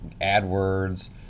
AdWords